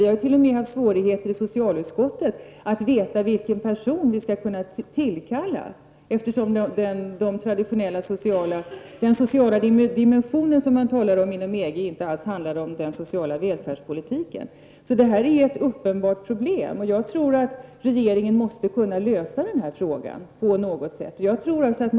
Vi har t.o.m. haft svårigheter i socialutskottet att veta vilken person vi skall tillkalla, eftersom den sociala dimension som man talar om inom EG inte alls handlar om den sociala välfärdspolitiken. Det här är ett uppenbart problem, som regeringen måste kunna lösa på något sätt.